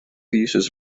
uses